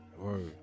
word